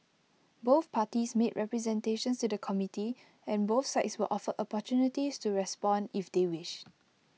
both parties made representations to the committee and both sides were offered opportunities to respond if they wished